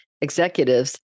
executives